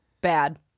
bad